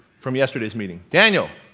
from yesterday's meeting? daniel,